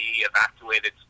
evacuated